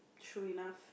true enough